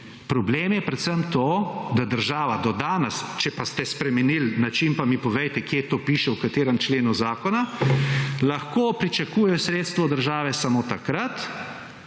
Problem je predvsem to, da država do danes, če pa ste spremenili način, pa mi povejte, kje to piše, v katerem členu zakona, lahko pričakujejo sredstva od države **15.